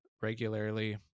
regularly